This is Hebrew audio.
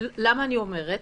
למה אני אומרת?